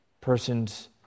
persons